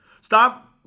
Stop